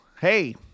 Hey